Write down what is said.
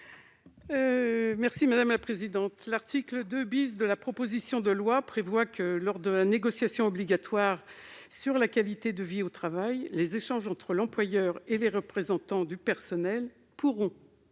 Mme Raymonde Poncet Monge. L'article 2 de la proposition de loi prévoit que, lors de la négociation obligatoire sur la qualité de vie au travail, les échanges entre l'employeur et les représentants du personnel pourront